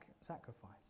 sacrifice